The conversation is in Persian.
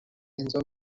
انجام